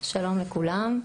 שלום לכולם.